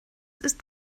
ist